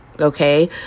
okay